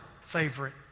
favorite